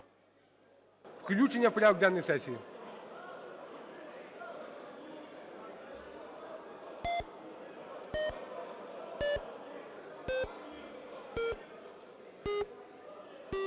Включення в порядок денний сесії.